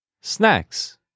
Snacks